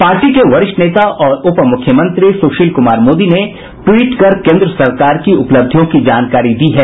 party के वरिष्ठ नेता और उप मुख्यमंत्री सुशील कुमार मोदी ने ट्वीट कर केंद्र सरकार की उपलब्धियों की जानकारी दी है